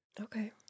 Okay